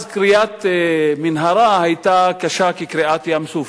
אז כריית מנהרות היתה קשה כקריעת ים-סוף,